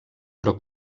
però